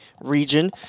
region